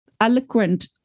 eloquent